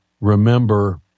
remember